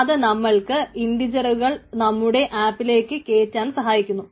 ഇത് നമ്മൾക്ക് ഇൻഡിജറുകൾ നമ്മുടെ ആപ്പിലേക്ക് കേറ്റാൻ സഹായിക്കുന്നു